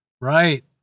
right